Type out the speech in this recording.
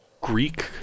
Greek